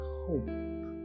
hope